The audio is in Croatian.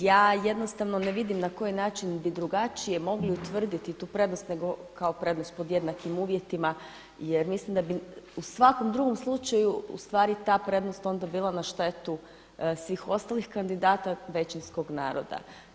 Ja jednostavno ne vidim na koji način bi drugačije mogli utvrditi tu prednost nego kao prednost pod jednakim uvjetima jer mislim da bi u svakom drugom slučaju ustvari ta prednost onda bila na štetu svih ostalih kandidata većinskog naroda.